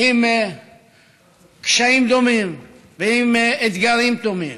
עם קשיים דומים ועם אתגרים דומים.